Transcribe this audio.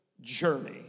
journey